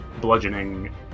bludgeoning